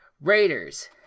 Raiders